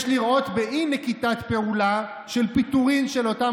יש לראות את אי-נקיטת הפעולה של פיטורים כלפי אותם